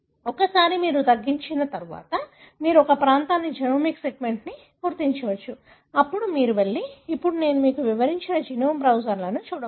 ఒకసారి మీరు తగ్గించిన తర్వాత మీరు ఒక ప్రాంతాన్ని జెనోమిక్ సెగ్మెంట్ను గుర్తించవచ్చు అప్పుడు మీరు వెళ్లి ఇప్పుడు నేను మీకు వివరించిన జీనోమ్ బ్రౌజర్లను చూడవచ్చు